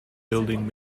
building